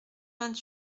vingt